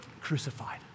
crucified